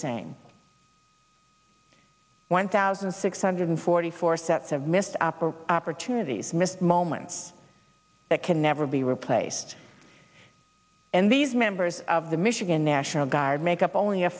same one thousand six hundred forty four sets of missed opportunities missed moments that can never be replaced and these members of the michigan national guard make up only a